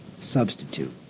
substitute